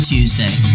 Tuesday